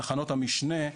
תחנות המשנה,